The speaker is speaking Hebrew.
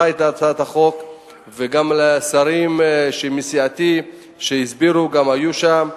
את הצעת החוק וגם לשרים מסיעתי שהסבירו והיו שם.